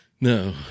No